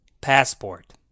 Passport